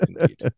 Indeed